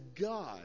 God